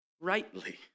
rightly